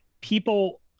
people